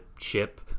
ship